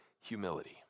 humility